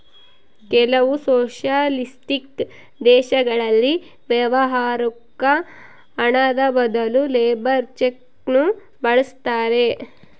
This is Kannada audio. ಕೆಲವು ಸೊಷಲಿಸ್ಟಿಕ್ ದೇಶಗಳಲ್ಲಿ ವ್ಯವಹಾರುಕ್ಕ ಹಣದ ಬದಲು ಲೇಬರ್ ಚೆಕ್ ನ್ನು ಬಳಸ್ತಾರೆ